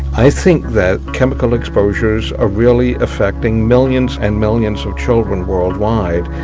i think that chemical exposures are really affecting millions and millions of children worldwide,